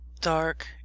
dark